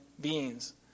beings